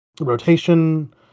rotation